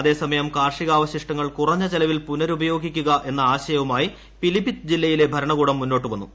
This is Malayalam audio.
അതേസമയം കാർഷികാവശിഷ്ടങ്ങൾ കുറഞ്ഞ ചെലവിൽ പുനരുപയോഗിക്കുക എന്ന ആശയവുമായി പിലിഭിത്ത് ജില്ലയിലെ ഭരണകൂടം മുന്നോട്ട് വന്നു